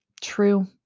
true